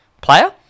player